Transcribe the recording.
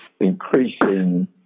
increasing